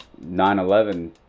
9-11